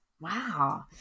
wow